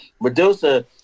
medusa